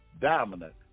dominant